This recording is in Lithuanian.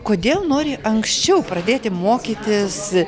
kodėl nori anksčiau pradėti mokytis